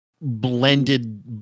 blended